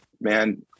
man